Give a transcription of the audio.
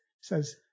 Says